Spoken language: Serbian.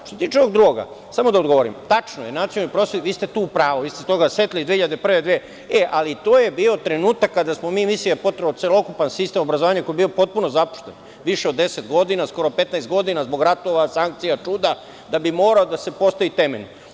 Što se tiče ovog drugog, samo da odgovorim, tačno je, Nacionalni prosvetni, vi ste tu u pravu, vi ste se toga setili 2001. i 2002. godine, ali to je bio trenutak kada smo mi mislili da je potreban celokupan sistem obrazovanja, a koji je bio potpuno zapušten, više od 10 godina, skoro 15 godina, zbog ratova, sankcija, čuda, da bi morao da se postavi temelj.